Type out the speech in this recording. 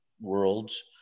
worlds